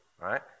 right